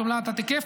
את עמלת ההיקף,